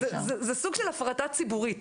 זה סוג של הפרטה ציבורית.